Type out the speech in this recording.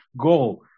goal